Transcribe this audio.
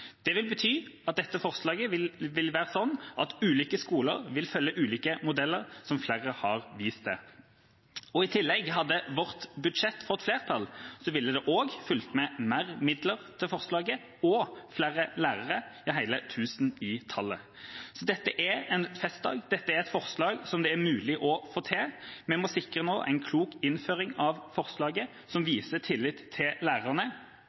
forslaget vil ulike skoler følge ulike modeller, som flere har vist til. I tillegg – hadde vårt budsjett fått flertall, ville det også fulgt med mer midler til forslaget og flere lærere, ja, hele tusen i tallet. Så dette er en festdag. Dette er et forslag som det er mulig å få til. Vi må nå sikre en klok innføring av forslaget som viser tillit til lærerne.